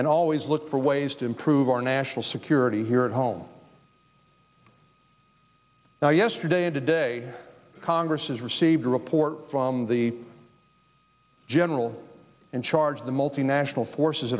and always look for ways to improve our national security here at home now yesterday and today congress has received a report from the general in charge of the multinational forces